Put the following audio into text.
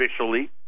officially